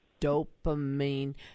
dopamine